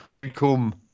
become